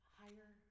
higher